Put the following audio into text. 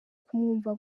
kumwumva